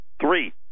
Three